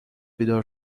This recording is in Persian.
بیدار